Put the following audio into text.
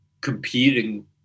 competing